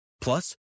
Plus